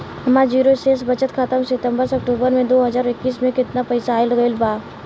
हमार जीरो शेष बचत खाता में सितंबर से अक्तूबर में दो हज़ार इक्कीस में केतना पइसा आइल गइल बा?